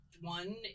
One